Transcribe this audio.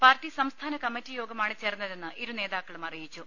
party സംസ്ഥാന committee യോഗമാണ് ചേർന്നതെന്ന് ഇരുനേതാക്കളും അറിയിച്ചു